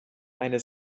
eine